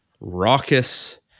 raucous